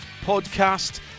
podcast